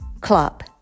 club